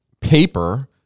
paper